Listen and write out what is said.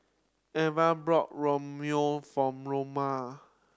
Eve bought Ramyeon for Loma